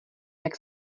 jak